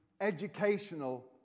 educational